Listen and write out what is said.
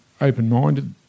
open-minded